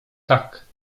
tak